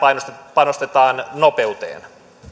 panostetaan nopeuteen